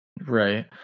Right